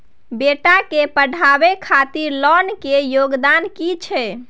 बेटा के पढाबै खातिर लोन के योग्यता कि छै